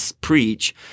preach